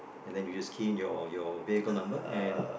and then you just key in your your vehicle number and